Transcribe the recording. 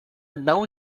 não